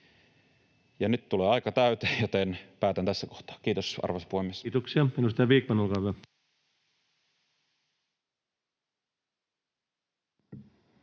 Nyt tulee aika täyteen, joten päätän tässä kohtaa. — Kiitos, arvoisa puhemies. Kiitoksia. — Edustaja Vikman, olkaa hyvä.